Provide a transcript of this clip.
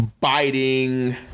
biting